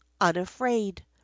unafraid